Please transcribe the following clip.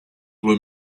were